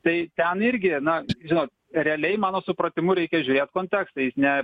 tai ten irgi na žinot realiai mano supratimu reikia žiūrėt kontekstą jis ne